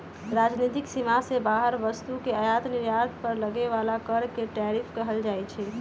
राजनीतिक सीमा से बाहर वस्तु के आयात निर्यात पर लगे बला कर के टैरिफ कहल जाइ छइ